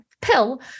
pill